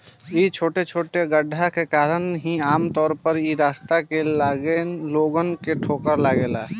इ छोटे छोटे गड्ढे के कारण ही आमतौर पर इ रास्ता में लोगन के ठोकर लागेला